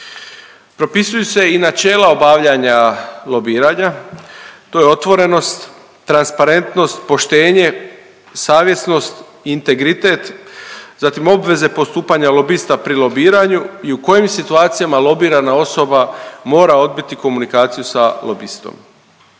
Propisuju se i načela obavljanja lobiranja, to je otvorenost, transparentnost, poštenje, savjesnost, integritet, zatim obveze postupanja lobista pri lobiranju i u kojim situacijama lobirana osoba mora odbiti komunikaciju sa lobistom.